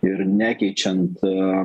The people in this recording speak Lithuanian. ir nekeičiant